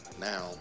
Now